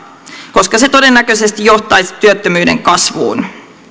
koska se todennäköisesti johtaisi työttömyyden kasvuun